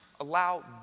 allow